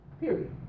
period